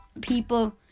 people